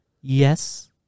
Yes